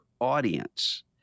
audience